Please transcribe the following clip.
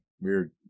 weird